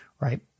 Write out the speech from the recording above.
right